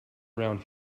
around